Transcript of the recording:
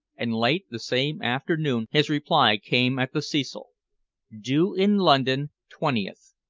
and late the same afternoon his reply came at the cecil due in london twentieth.